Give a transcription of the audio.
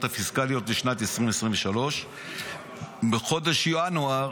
הפיסיקליות לשנת 2023. בחודש ינואר